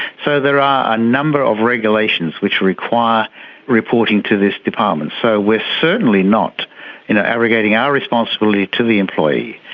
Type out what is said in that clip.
so there are a number of regulations which require reporting to this department. so we're certainly not you know abrogating our responsibility to the employee.